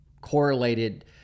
correlated